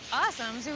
awesome.